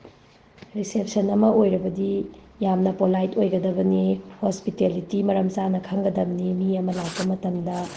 reception ꯑꯃ ꯑꯣꯏꯔꯕꯗꯤ ꯌꯥꯝꯅ ꯄꯣꯂꯥꯏꯠ ꯑꯣꯏꯒꯗꯕꯅꯤ ꯍꯣꯁꯄꯤꯇꯦꯂꯤꯇꯤ ꯃꯔꯝ ꯆꯥꯅ ꯈꯪꯒꯗꯕꯅꯤ ꯃꯤ ꯑꯃ ꯂꯥꯛꯄ ꯃꯇꯝꯗ